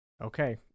okay